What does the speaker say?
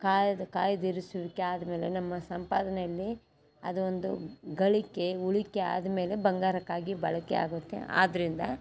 ಕಾಯ್ದ ಕಾಯ್ದಿರಿಸುವಿಕೆ ಆದಮೇಲೆ ನಮ್ಮ ಸಂಪಾದನೆಯಲ್ಲಿ ಅದೊಂದು ಗಳಿಕೆ ಉಳಿಕೆ ಆದಮೇಲೆ ಬಂಗಾರಕ್ಕಾಗಿ ಬಳಕೆ ಆಗುತ್ತೆ ಆದ್ದರಿಂದ